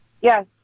Yes